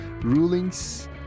rulings